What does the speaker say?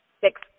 six